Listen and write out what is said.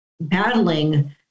battling